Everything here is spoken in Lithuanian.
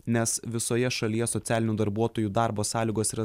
nes visoje šalyje socialinių darbuotojų darbo sąlygos yra